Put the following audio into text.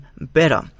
better